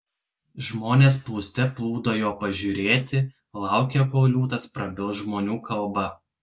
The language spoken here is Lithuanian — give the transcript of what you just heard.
žmonės plūste plūdo jo pažiūrėti laukė kol liūtas prabils žmonių kalba